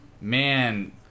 man